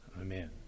Amen